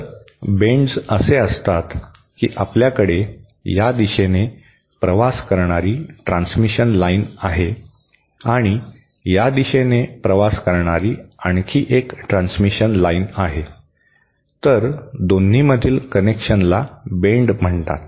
तर बेंड्स असे असतात की आपल्याकडे या दिशेने प्रवास करणारी ट्रांसमिशन लाइन आहे आणि या दिशेने प्रवास करणारी आणखी एक ट्रान्समिशन लाइन आहे तर दोन्हींमधील कनेक्शनला बेंड म्हणतात